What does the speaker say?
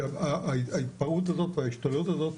כי ההתפרעות הזאת, ההשתוללות הזאת,